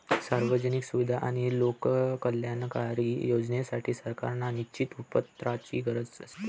सार्वजनिक सुविधा आणि लोककल्याणकारी योजनांसाठी, सरकारांना निश्चित उत्पन्नाची गरज असते